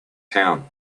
town